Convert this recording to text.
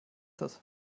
das